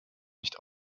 nicht